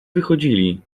wychodzili